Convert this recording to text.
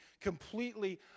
completely